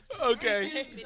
Okay